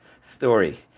story